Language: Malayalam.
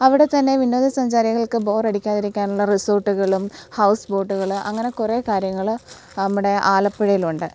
അവിടെത്തന്നെ വിനോദസഞ്ചാരികൾക്ക് ബോറടിക്കാതിരിക്കാനുള്ള റിസോർട്ടുകളും ഹൗസ് ബോട്ടുകളും അങ്ങനെ കുറേ കാര്യങ്ങൾ നമ്മുടെ ആലപ്പുഴയിലുണ്ട്